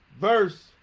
verse